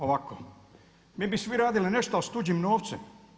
Ovako, mi bi svi radili nešto a s tuđim novcem.